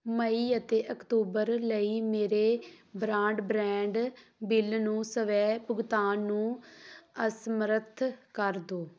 ਮਈ ਅਤੇ ਅਕਤੂਬਰ ਲਈ ਮੇਰੇ ਬਰਾਡਬ੍ਰੈਂਡ ਬਿੱਲ ਨੂੰ ਸਵੈ ਭੁਗਤਾਨ ਨੂੰ ਅਸਮਰੱਥ ਕਰ ਦਿਓ